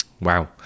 Wow